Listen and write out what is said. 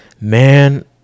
man